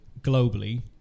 globally